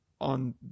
on